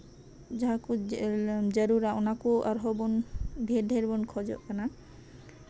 ᱡᱟᱦᱟᱸ ᱠᱚ ᱡᱟᱹᱨᱩᱲᱟ ᱚᱱᱟ ᱠᱚ ᱟᱨᱦᱚᱸ ᱵᱚᱱ ᱰᱷᱮᱨ ᱰᱷᱮᱨ ᱵᱚᱱ ᱠᱷᱚᱡᱚᱜ ᱠᱟᱱᱟ